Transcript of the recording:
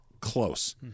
close